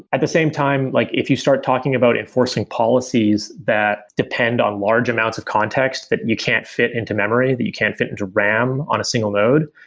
at the same time, like if you start talking about enforcing policies that depend on large amounts of contexts that you can't fit into memory, that you can't fit into ram on a single node,